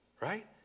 Right